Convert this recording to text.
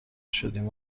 شدیم